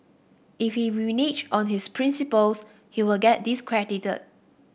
if he reneges on his principles he will get discredited